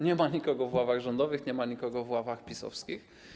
Nie ma nikogo w ławach rządowych, nie ma nikogo w ławach PiS-owskich.